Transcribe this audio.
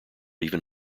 even